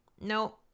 No